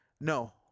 no